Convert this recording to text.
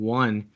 one